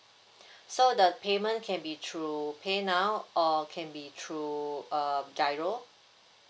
so the payment can be through pay now or can be through uh giro